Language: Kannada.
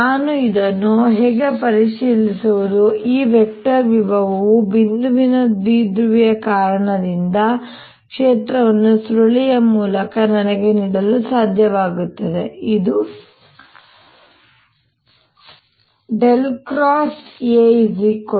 ನಾನು ಇದನ್ನು ಹೇಗೆ ಪರಿಶೀಲಿಸುವುದು ಈ ವೆಕ್ಟರ್ ವಿಭವವು ಬಿಂದುವಿನ ದ್ವಿಧ್ರುವಿಯ ಕಾರಣದಿಂದ ಕ್ಷೇತ್ರವನ್ನು ಸುರುಳಿಯ ಮೂಲಕ ನನಗೆ ನೀಡಲು ಸಾಧ್ಯವಾಗುತ್ತದೆ ಇದು AB04π3m